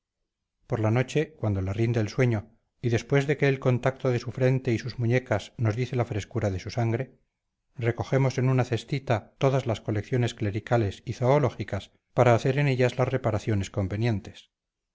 por la noche cuando le rinde el sueño y después que el contacto de su frente y muñecas nos dice la frescura de su sangre recogemos en una cestita todas las colecciones clericales y zoológicas para hacer en ellas las reparaciones convenientes